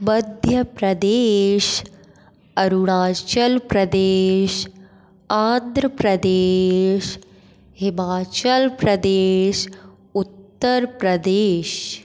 Madhya Pradesh Arunachal Pradesh Andhra Pradesh Himachal Pradesh Uttar Pradesh